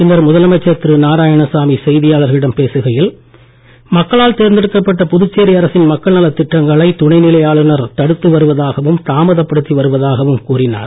பின்னர் முதலமைச்சர் திரு நாராயணசாமி செய்தியாளர்களிடம் பேசுகையில் மக்களால் தேர்ந்தெடுக்கப்பட்ட புதுச்சேரி அரசின் மக்கள் நலத் திட்டங்களை துணை நிலை ஆளுநர் தடுத்து வருவதாகவும் தாமதப்படுத்தி வருவதாகவும் கூறினார்